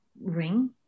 ring